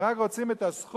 הם רק רוצים את הזכות